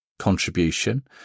contribution